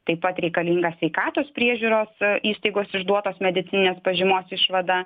taip pat reikalinga sveikatos priežiūros įstaigos išduotos medicininės pažymos išvada